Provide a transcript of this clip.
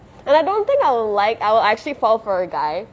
and I don't think I will like I will actually fall for a guy